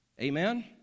Amen